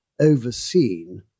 overseen